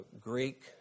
Greek